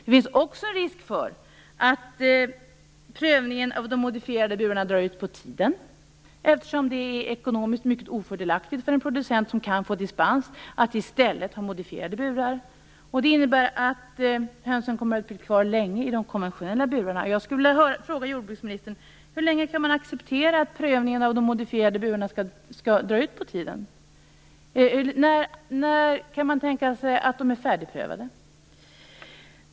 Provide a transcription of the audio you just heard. Det finns också risk för att prövningen av de modifierade burarna drar ut på tiden, eftersom det är ekonomiskt mycket ofördelaktigt för en producent som kan få dispens att i stället ha modifierade burar. Det innebär att hönorna kommer att bli kvar länge i de konventionella burarna. Jag skulle vilja fråga jordbruksministern hur länge man kan acceptera att prövningen av de modifierade burarna drar ut på tiden. När kan man tänka sig att de är färdigprövade?